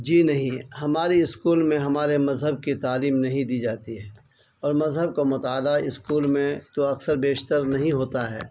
جی نہیں ہمارے اسکول میں ہمارے مذہب کی تعلیم نہیں دی جاتی ہے اور مذہب کو مطالعہ اسکول میں تو اکثر بیشتر نہیں ہوتا ہے